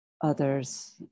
others